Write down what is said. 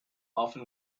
often